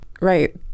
Right